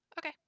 Okay